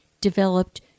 developed